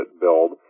Build